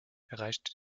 erreichte